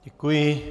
Děkuji.